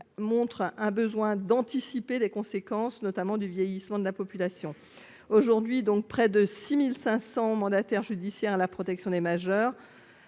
montre un besoin d'anticiper les conséquences, notamment du vieillissement de la population aujourd'hui donc près de 6500 mandataires judiciaires, la protection des majeurs